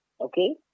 okay